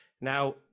Now